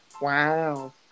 Wow